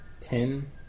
ten